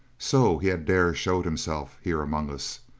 so he had dared show himself here among us!